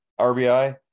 RBI